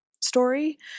story